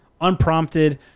unprompted